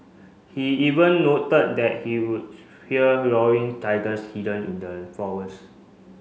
he even noted that he would hear roaring tigers hidden in the forest